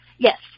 Yes